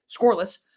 scoreless